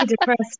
depressed